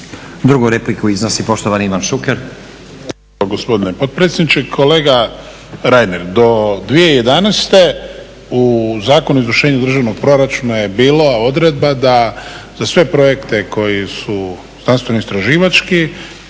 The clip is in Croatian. Drugu repliku iznosi poštovani Ivan Šuker.